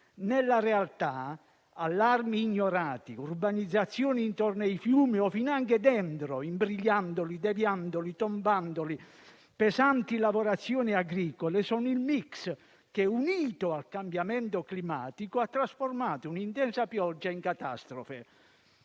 Nella realtà, allarmi ignorati, urbanizzazioni intorno ai fiumi o finanche dentro, imbrigliandoli, deviandoli, tombandoli, oltre a pesanti lavorazioni agricole sono il *mix* che, unito al cambiamento climatico, ha trasformato un'intensa pioggia in catastrofe.